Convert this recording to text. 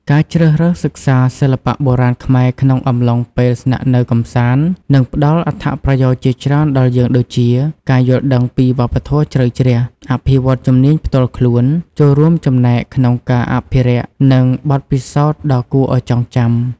ការជ្រើសរើសសិក្សាសិល្បៈបុរាណខ្មែរក្នុងអំឡុងពេលស្នាក់នៅកម្សាន្ត នឹងផ្ដល់អត្ថប្រយោជន៍ជាច្រើនដល់យើងដូចជា ការយល់ដឹងពីវប្បធម៌ជ្រៅជ្រះ អភិវឌ្ឍជំនាញផ្ទាល់ខ្លួន ចូលរួមចំណែកក្នុងការអភិរក្ស និងបទពិសោធន៍ដ៏គួរឱ្យចងចាំ។